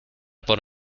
por